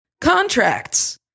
Contracts